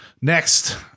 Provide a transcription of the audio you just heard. Next